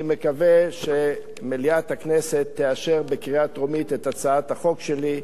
אני מקווה שמליאת הכנסת תאשר בקריאה טרומית את הצעת החוק שלי,